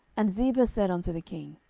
and ziba said unto the king,